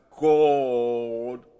God